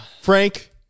Frank